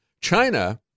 China